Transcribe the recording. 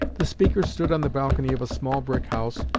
the speaker stood on the balcony of a small brick house,